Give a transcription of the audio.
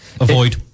Avoid